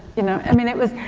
you know? i mean, it was,